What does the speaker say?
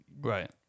Right